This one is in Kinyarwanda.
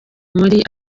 muri